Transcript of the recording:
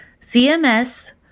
CMS